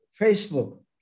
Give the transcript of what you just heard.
Facebook